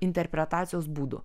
interpretacijos būdų